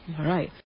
right